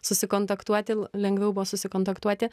susikontaktuoti lengviau buvo susikontaktuoti